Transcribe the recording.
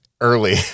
early